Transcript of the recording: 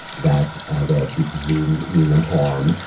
that there are people who mean them harm.